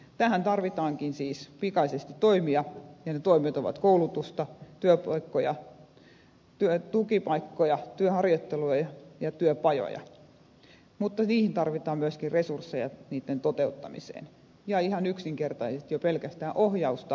tähän tarvitaankin siis pikaisesti toimia ja ne toimet ovat koulutusta työpaikkoja tukipaikkoja työharjoittelua ja työpajoja mutta niiden toteuttamiseen tarvitaan myöskin resursseja ja ihan yksinkertaisesti jo pelkästään ohjausta työvoimahallintoon